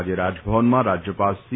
આજે રાજભવનમાં રાજયપાલ સી